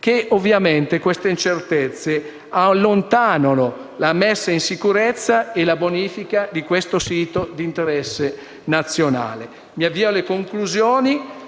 coinvolti. Queste incertezze allontanano la messa in sicurezza e la bonifica di questi siti di interesse nazionale. Mi avvio alle conclusioni,